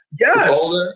Yes